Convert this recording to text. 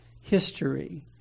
history